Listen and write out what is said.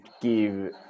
give